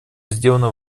сделано